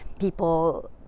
people